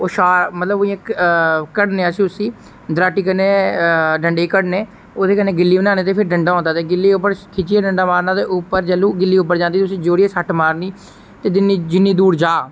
ओह् मतलब कढ़ने अस उसी दराटी कन्नै डंडे गी कढ़ने ओहदे कन्नै गिल्ली बनाने ते फिर डंडा होंदा ते गिल्ली उप्पर खिच्चिये डंडा मारना ते जेहलू गिल्ली उप्पर जंदी ते उसी जोरिये सट्ट मारनी ते जिन्नी दूर जाह्ग